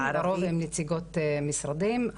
לרוב הן נציגות משרדים,